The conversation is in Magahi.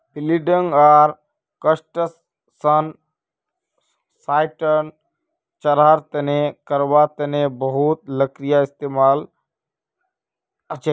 बिल्डिंग आर कंस्ट्रक्शन साइटत ढांचा तैयार करवार तने बहुत लकड़ीर इस्तेमाल हछेक